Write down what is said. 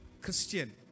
christian